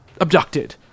abducted